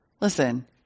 listen